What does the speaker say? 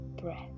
breath